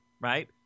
right